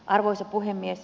arvoisa puhemies